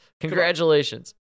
Congratulations